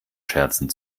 scherzen